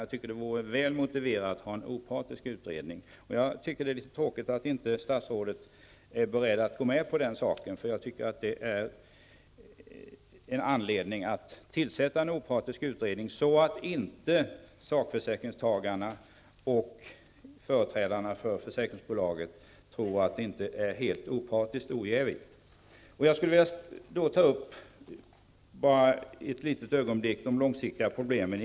Jag tycker att det vore väl motiverat att ha en opartisk utredning. Jag tycker att det är litet tråkigt att inte statsrådet är beredd att gå med på den saken. Jag tycker att det finns anledning att tillsätta en opartisk utredning, så att inte sakförsäkringstagarna och företrädarna för försäkringsbolaget tror att granskningen är jävig. Jag skulle ett litet ögonblick vilja beröra de långsiktiga problemen.